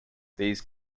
these